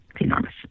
Enormous